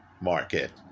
market